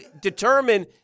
determine